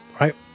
Right